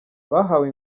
bahawe